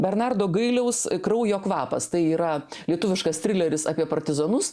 bernardo gailiaus kraujo kvapas tai yra lietuviškas trileris apie partizanus